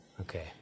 Okay